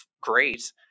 great